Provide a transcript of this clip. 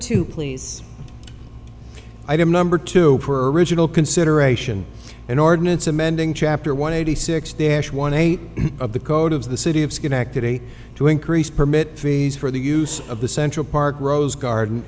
two please item number two for original consideration in ordinance amending chapter one eighty six their one eight of the code of the city of schenectady to increase permit fees for the use of the central park rose garden